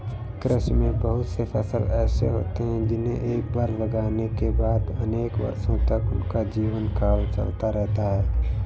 कृषि में बहुत से फसल ऐसे होते हैं जिन्हें एक बार लगाने के बाद अनेक वर्षों तक उनका जीवनकाल चलता रहता है